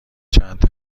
چند